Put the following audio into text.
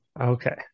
okay